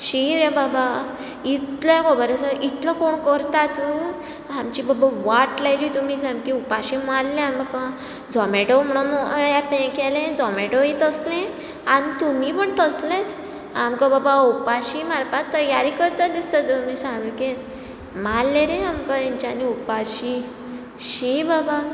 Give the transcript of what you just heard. शी रे बाबा इतलें खबर आसा इतलो कोण करतात आमची बाबा वाट लायली तुमी सामकी उपाशी मारलें आमकां झोमेटो म्हणून एप हें केलें झोमेटोय तसलें आनी तुमी बीन तसलेंच आमकां बाबा उपाशी मारपाक तयारी करतात दिसता तुमी सामकें मारलें रे सामके हेंच्यांनी उपाशी शी बाबा